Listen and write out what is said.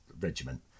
regiment